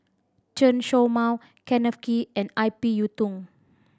Chen Show Mao Kenneth Kee and I P Yiu Tung